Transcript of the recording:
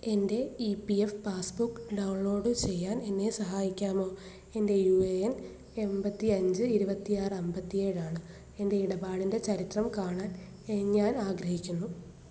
എന്റെ E P F passbook download ചെയ്യാൻ എന്നെ സഹായിക്കാമോ എന്റെ യൂ ഏ എൻ എൺപത്തി അഞ്ച് ഇരുപത്തി ആറ് അമ്പത്തി ഏഴ് ആണ് എന്റെ ഇടപാടിന്റെ ചരിത്രം കാണാൻ ഞാൻ ആഗ്രഹിക്കുന്നു